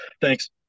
Thanks